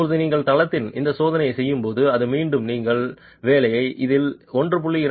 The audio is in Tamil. இப்போது நீங்கள் தளத்தில் இந்த சோதனை செய்யும் போது அது மீண்டும் நீங்கள் வேலை இதில் 1